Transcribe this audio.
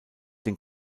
den